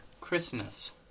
Christmas